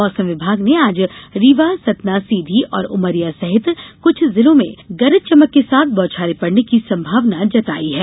मौसम विभाग ने आज रीवा सतना सीधी और उमरिया सहित कुछ जिलों में गरज चमक के साथ बौछारें पड़ने की संभावना जताई है